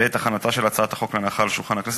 בעת הכנתה של הצעת החוק להנחה על שולחן הכנסת